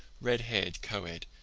red-haired coed,